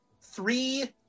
three